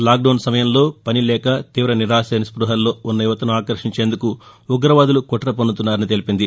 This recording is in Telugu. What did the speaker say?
లాక్డౌన్ సమయంలో పనిలేక తీవ నిరాశ నిస్పుహల్లో ఉన్న యువతను ఆకర్టించేందుకు ఉగ్రవాదులు కుట పన్నుతున్నారని తెలిపింది